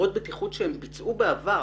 בטיחות שהם ביצעו בעבר